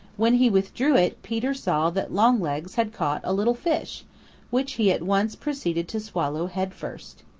when he withdrew it peter saw that longlegs had caught a little fish which he at once proceeded to swallow head-first.